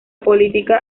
política